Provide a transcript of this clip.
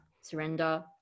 surrender